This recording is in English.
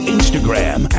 Instagram